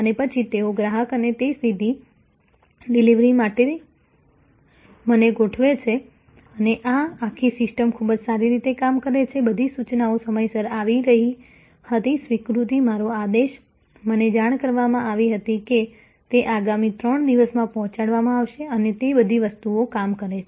અને પછી તેઓ ગ્રાહકને તે સીધી ડિલિવરી માટે મને ગોઠવે છે અને આ આખી સિસ્ટમ ખૂબ સારી રીતે કામ કરે છે બધી સૂચનાઓ સમયસર આવી રહી હતી સ્વીકૃતિ મારો આદેશ મને જાણ કરવામાં આવી હતી કે તે આગામી 3 દિવસમાં પહોંચાડવામાં આવશે અને તે બધી વસ્તુઓ કામ કરે છે